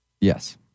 Yes